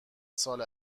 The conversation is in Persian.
سال